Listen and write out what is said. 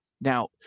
Now